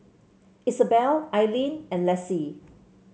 Isabelle Ailene and Lassie